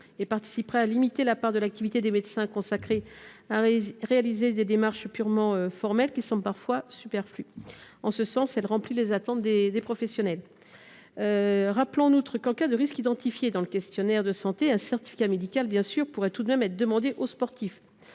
et contribuerait à limiter la part de l’activité des médecins consacrée à réaliser des démarches purement formelles, qui semblent parfois superflues. En ce sens, elle remplit les attentes des professionnels. En outre, en cas de risque identifié dans le questionnaire de santé, un certificat médical pourrait tout de même être demandé au sportif.